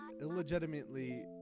illegitimately